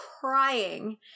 crying